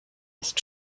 ist